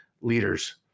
leaders